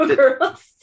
girls